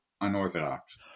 unorthodox